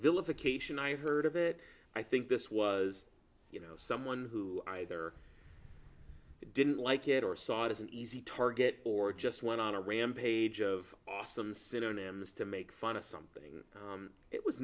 vilification i heard of it i think this was you know someone who either i didn't like it or saw it as an easy target or just went on a rampage of awesome synonyms to make fun of something it was